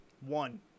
one